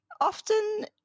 often